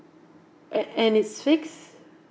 and and it's fixed